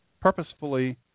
purposefully